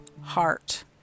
heart